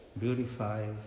beautify